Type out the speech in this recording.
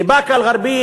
לבאקה-אלע'רביה,